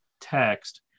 text